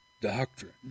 doctrine